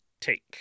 take